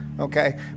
Okay